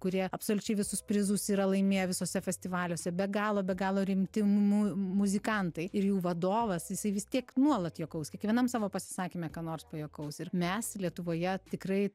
kurie absoliučiai visus prizus yra laimėję visuose festivaliuose be galo be galo rimti mu muzikantai ir jų vadovas jisai vis tiek nuolat juokaus kiekvienam savo pasisakyme ką nors pajuokaus ir mes lietuvoje tikrai